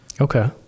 Okay